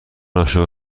عاشق